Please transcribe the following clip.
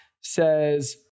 says